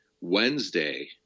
Wednesday